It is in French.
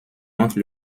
entre